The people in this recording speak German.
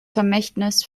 vermächtnis